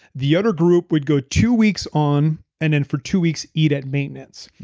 the other group would go two weeks on and then for two weeks eat at maintenance.